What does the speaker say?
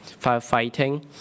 firefighting